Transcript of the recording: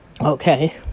Okay